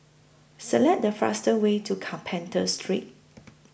Select The fastest Way to Carpenter Street